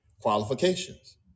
qualifications